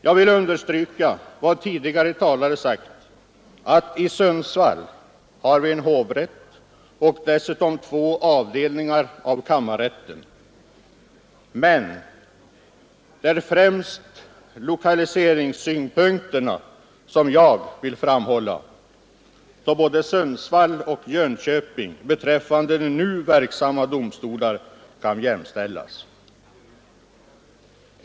Jag vill liksom tidigare talare understryka att vi i Sundsvall har en hovrätt och dessutom två avdelningar av kammarrätten. Men det är främst lokaliseringssynpunkterna som jag vill framhålla, eftersom både Sundsvall och Jönköping beträffande nu verksamma domstolar kan jämställas.